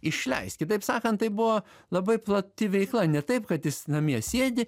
išleist kitaip sakant tai buvo labai plati veikla ne taip kad jis namie sėdi